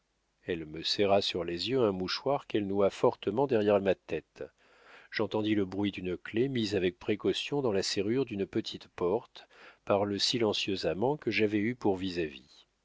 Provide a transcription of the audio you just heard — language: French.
elle me serra sur les yeux un mouchoir qu'elle noua fortement derrière ma tête j'entendis le bruit d'une clef mise avec précaution dans la serrure d'une petite porte par le silencieux amant que j'avais eu pour vis-à-vis